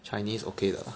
Chinese okay 的 lah